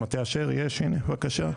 במטה אשר, בבקשה.